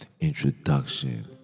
introduction